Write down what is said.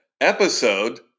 Episode